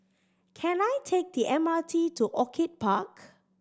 can I take the M R T to Orchid Park